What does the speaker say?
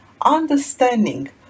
understanding